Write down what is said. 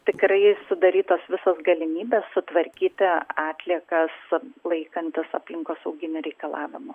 tikrai sudarytos visos galimybės sutvarkyti atliekas laikantis aplinkosauginių reikalavimų